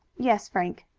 yes, frank.